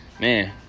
man